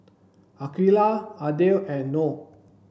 Aqeelah Aidil and Noh